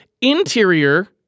interior